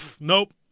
nope